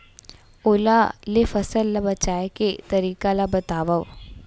ओला ले फसल ला बचाए के तरीका ला बतावव?